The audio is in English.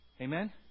Amen